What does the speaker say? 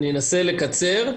אני אנסה לקצר.